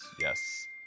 Yes